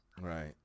Right